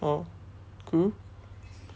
oh cool